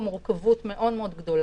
מורכבות מאוד מאוד גדולה.